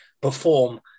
perform